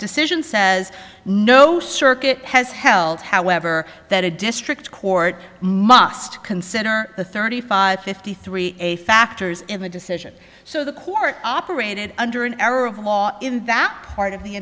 decision says no circuit has held however that a district court must consider the thirty five fifty three a factors in the decision so the court operated under an error of law in that part of the